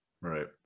Right